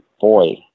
boy